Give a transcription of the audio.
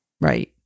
Right